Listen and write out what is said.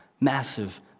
massive